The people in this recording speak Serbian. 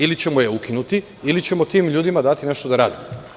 Ili ćemo je ukinuti ili ćemo tim ljudima dati nešto da rade.